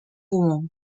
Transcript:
beaumont